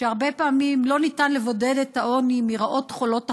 והרבה פעמים לא ניתן לבודד את העוני מרעות חולות אחרות.